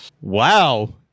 Wow